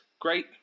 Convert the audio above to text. Great